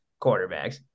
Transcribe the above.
quarterbacks